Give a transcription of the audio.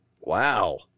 Wow